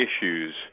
issues